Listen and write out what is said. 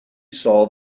saw